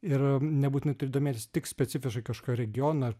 ir nebūtinai turi domėtis tik specifiškai kažkokio regiono ar